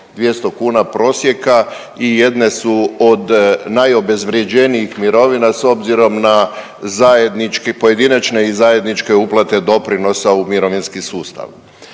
2200 kuna prosjeka i jedne su od najobezvrijeđenijih mirovina s obzirom na zajedničke pojedinačne i zajedničke uplate doprinosa u mirovinski sustav.